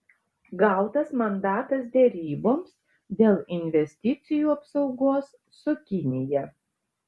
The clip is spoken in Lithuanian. gautas mandatas deryboms dėl investicijų apsaugos su kinija